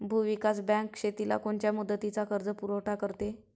भूविकास बँक शेतीला कोनच्या मुदतीचा कर्जपुरवठा करते?